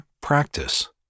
practice